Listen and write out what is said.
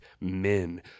men